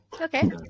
Okay